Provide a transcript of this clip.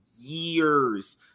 years